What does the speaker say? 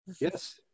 Yes